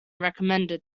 recommended